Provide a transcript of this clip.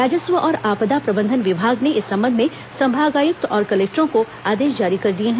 राजस्व और आपदा प्रबंधन विभाग ने इस संबंध में संभागायुक्त और कलेक्टरों को आदेश जारी कर दिए हैं